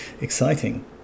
exciting